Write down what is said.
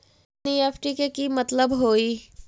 NEFT के कि मतलब होइ?